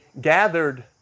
gathered